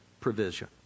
provision